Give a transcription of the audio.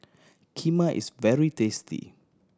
kheema is very tasty